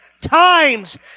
times